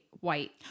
white